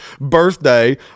birthday